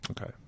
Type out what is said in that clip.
Okay